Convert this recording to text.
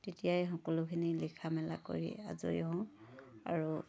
তেতিয়াই সকলোখিনি লিখা মেলা কৰি আজৰি হওঁ আৰু